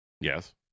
Yes